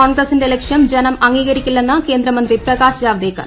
കോൺഗ്രസിന്റെ ലക്ഷ്യ്ം ജനം അംഗീകരിക്കില്ലെന്ന് കേന്ദ്രമന്ത്രി പ്രകാശ് ്ജാവദേക്കർ